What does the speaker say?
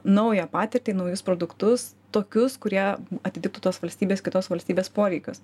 naują patirtį naujus produktus tokius kurie atitiktų tos valstybės kitos valstybės poreikius